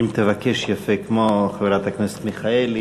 אם תבקש יפה כמו חברת הכנסת מיכאלי,